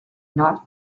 not